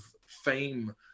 fame